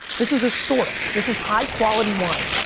this is historic, this is high quality wine.